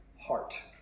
heart